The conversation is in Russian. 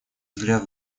взгляд